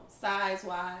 size-wise